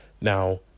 Now